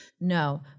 No